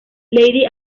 lady